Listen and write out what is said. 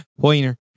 Pointer